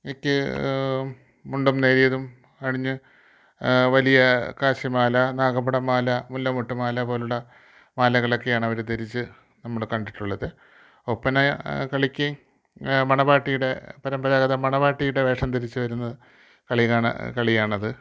ക്ക് മുണ്ടും നേരിയതും അണിഞ്ഞ് വലിയ കാശി മാല നാഗപടമാല മുല്ലമൊട്ട് മാല പോലുള്ള മാലകളൊക്കെയാണവർ ധരിച്ച് നമ്മൾ കണ്ടിട്ടുള്ളത് ഒപ്പന കളിക്ക് മണവാട്ടീടെ പരമ്പരാഗത മണവാട്ടീടെ വേഷം ധരിച്ച് വരുന്ന കളികളാണ് കളിയാണത്